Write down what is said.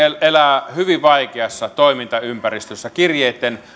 elää hyvin vaikeassa toimintaympäristössä kirjeitten